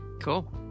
Cool